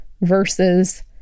versus